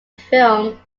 film